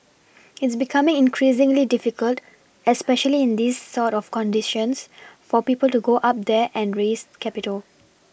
it's becoming increasingly difficult especially in these sort of conditions for people to go up there and raise capital